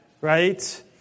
right